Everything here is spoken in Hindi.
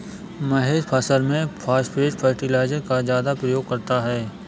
महेश फसल में फास्फेट फर्टिलाइजर का ज्यादा प्रयोग करता है